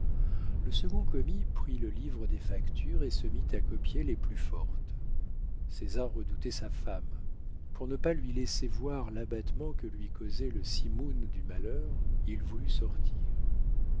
le second commis prit le livre des factures et se mit à copier les plus fortes césar redoutait sa femme pour ne pas lui laisser voir l'abattement que lui causait le simoon du malheur il voulut sortir